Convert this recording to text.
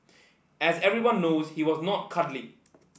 as everyone knows he was not cuddly